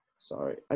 Sorry